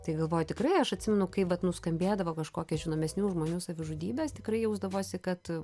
tai galvoju tikrai aš atsimenu kai vat nuskambėdavo kažkokia žinomesnių žmonių savižudybės tikrai jausdavosi kad